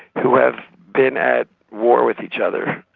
who have been at war with each other,